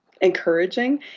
encouraging